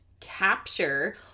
capture